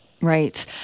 Right